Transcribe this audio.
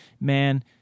man